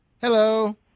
Hello